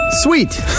Sweet